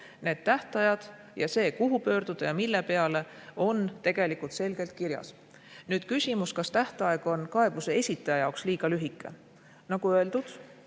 Need tähtajad ja see, kuhu pöörduda ja mille peale, on tegelikult selgelt kirjas. Nüüd küsimus, kas tähtaeg on kaebuse esitaja jaoks liiga lühike. Nagu öeldud,